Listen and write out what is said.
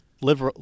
live